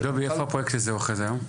דובי, איפה הפרויקט הזה אוחז היום?